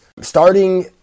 Starting